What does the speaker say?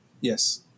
yes